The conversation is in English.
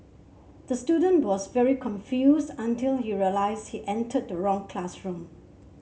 the student was very confused until he realised he entered the wrong classroom